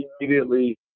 immediately